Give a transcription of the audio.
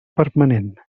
permanent